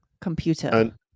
computer